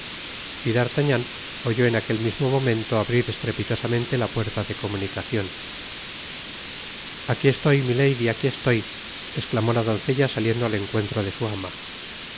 d'artagnan oyó en aquel mismo momento abrir estrepitosamente la puerta de comunicacion aqui estoy milady aqui estoy esclamó la doncella saliendo al encuentro de su ama